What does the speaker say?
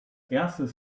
erstes